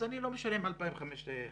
אז אני לא משלם 2,500 שקל.